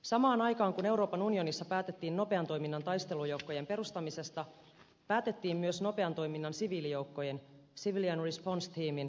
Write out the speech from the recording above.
samaan aikaan kun euroopan unionissa päätettiin nopean toiminnan taistelujoukkojen perustamisesta päätettiin myös nopean toiminnan siviilijoukkojen civilian response teamin perustamisesta